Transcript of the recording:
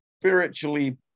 spiritually